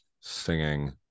singing